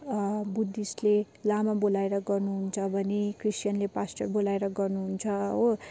बुद्धिस्टले लामा बोलाएर गर्नुहुन्छ भने क्रिस्चियनले पास्टर बोलाएर गर्नुहुन्छ हो